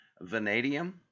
vanadium